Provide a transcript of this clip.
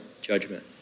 judgment